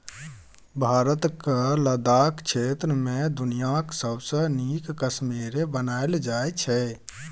भारतक लद्दाख क्षेत्र मे दुनियाँक सबसँ नीक कश्मेरे बनाएल जाइ छै